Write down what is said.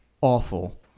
awful